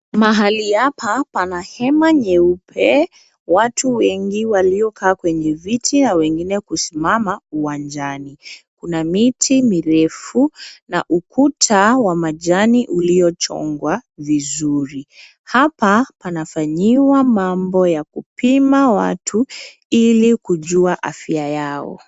Mahali hapa pana hema nyeupe. Watu wengi waliokaa kwenye viti na wengine kusimama uwanjani. Kuna miti mirefu na ukuta wa majani uliochongwa vizuri. Hapa panafanyiwa mambo ya kupima watu ili kujua afya yao.